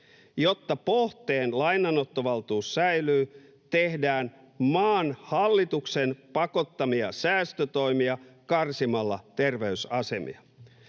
”Jotta Pohteen lainanottovaltuus säilyy, tehdään maan hallituksen pakottamia säästötoimia karsimalla terveysasemia.”